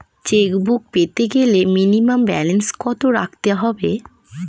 Chequebook পেতে গেলে minimum balance কত রাখতে হবে?